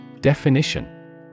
Definition